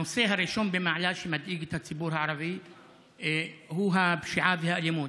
הנושא הראשון במעלה שמדאיג את הציבור הערבי הוא הפשיעה והאלימות.